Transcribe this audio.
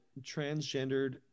transgendered